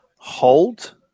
Hold